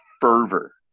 fervor